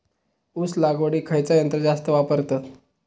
ऊस लावडीक खयचा यंत्र जास्त वापरतत?